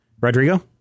Rodrigo